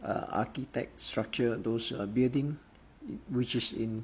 uh architect structure those uh building which is in